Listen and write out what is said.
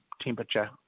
temperature